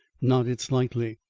nodded slightly.